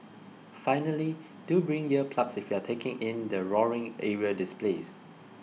finally do bring ear plugs if you are taking in the roaring aerial displays